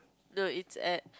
no it's at